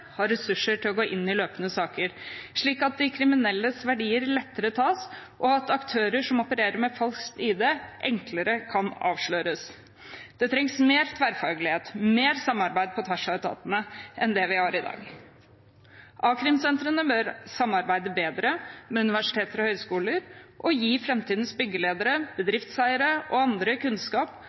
har ressurser til å gå inn i løpende saker, slik at de kriminelles verdier lettere tas, og slik at aktører som opererer med falsk ID, enklere kan avsløres. Det trengs mer tverrfaglighet, mer samarbeid på tvers av etatene enn det vi har i dag. A-krimsentrene bør samarbeide bedre med universiteter og høyskoler og gi framtidens byggeledere, bedriftseiere og andre kunnskap